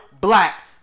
black